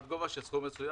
עד גובה של סכום מסוים,